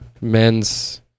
men's